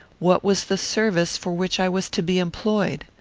what was the service for which i was to be employed?